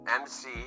mc